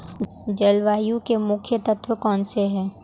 जलवायु के मुख्य तत्व कौनसे हैं?